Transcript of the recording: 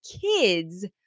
kids